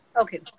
Okay